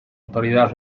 autoridad